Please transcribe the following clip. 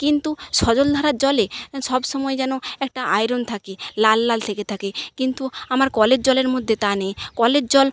কিন্তু সজলধারার জলে সব সময় যেন একটা আয়রন থাকে লাল লাল থেকে থাকে কিন্তু আমার কলের জলের মধ্যে তা নেই কলের জল